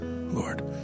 Lord